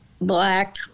black